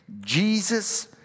Jesus